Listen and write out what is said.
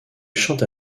chante